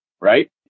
right